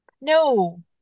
No